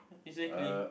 exactly